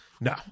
No